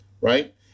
Right